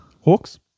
Hawks